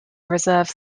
reserve